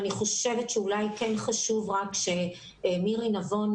אני חושבת שאולי כן חשוב שמירי נבון,